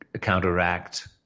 counteract